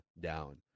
down